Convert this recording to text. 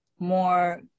more